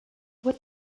what